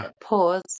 Pause